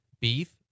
beef